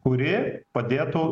kuri padėtų